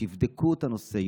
שיבדקו את הנושא.